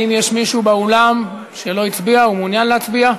האם יש מישהו באולם שלא הצביע ומעוניין להצביע?